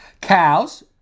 Cows